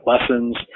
lessons